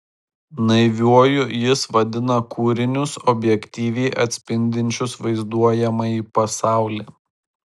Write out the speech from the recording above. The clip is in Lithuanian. naiviuoju jis vadina kūrinius objektyviai atspindinčius vaizduojamąjį pasaulį